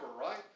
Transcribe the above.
right